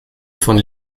von